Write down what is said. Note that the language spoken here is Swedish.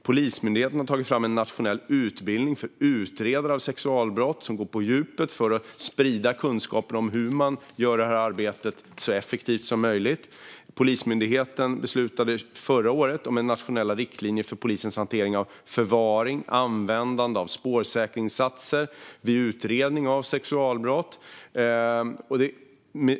Polismyndigheten har tagit fram en nationell utbildning för utredare av sexualbrott som går på djupet för att sprida kunskapen om hur man gör detta arbete så effektivt som möjligt. Polismyndigheten beslutade förra året också om nationella riktlinjer för polisens hantering av förvaring och användande av spårsäkringssatser vid utredning av sexualbrott.